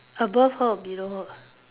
above her or below her